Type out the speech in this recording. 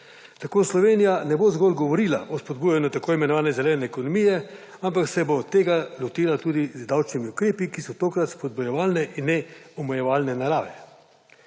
Tako Slovenija ne bo zgolj govorila o spodbujanju tako imenovane zelene ekonomije, ampak se bo od tega lotila tudi z davčnimi ukrepi, ki so tokrat spodbujevalne in ne omejevalne narave.